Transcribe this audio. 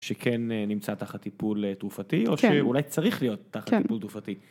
שכן נמצא תחת טיפול תרופתי, כן. או שאולי צריך להיות תחת טיפול תרופתי.כן.